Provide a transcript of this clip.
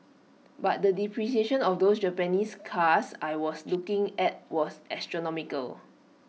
but the depreciation of those Japanese cars I was looking at was astronomical